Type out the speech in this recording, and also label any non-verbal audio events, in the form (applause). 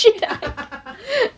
(laughs)